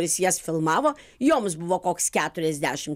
jis jas filmavo joms buvo koks keturiasdešimt